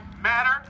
matter